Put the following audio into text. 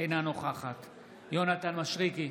אינה נוכחת יונתן מישרקי,